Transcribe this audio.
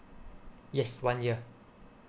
yes one year